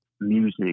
music